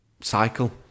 cycle